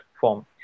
form